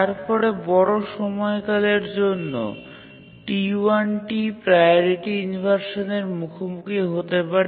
তারপরে বড় সময়কালের জন্য T1 টি প্রাওরিটি ইনভারসানের মুখোমুখি হতে পারে